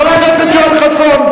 חבר הכנסת יואל חסון.